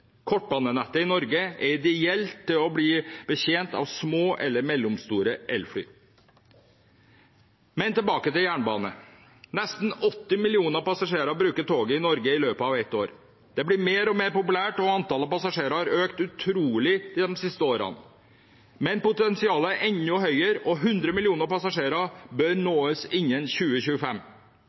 Kortbanenettet i Norge er ideelt for å betjene små eller mellomstore elfly. Men tilbake til jernbane: Nesten 80 millioner passasjerer bruker toget i Norge i løpet av ett år. Det blir mer og mer populært, og antallet passasjerer har økt utrolig de siste årene. Men potensialet er enda større, og 100 millioner passasjerer bør nås innen 2025.